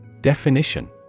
Definition